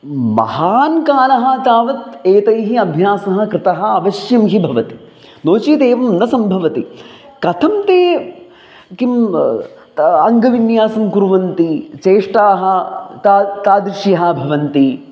महान् कालः तावत् एते अभ्यासः कृतः अवश्यं हि भवति नो चेत् एवं न सम्भवति कथं ते किं का अङ्गविन्यासं कुर्वन्ति चेष्टाः ताद् तादृश्यः भवन्ति